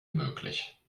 möglich